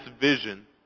vision